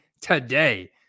today